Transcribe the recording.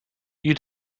you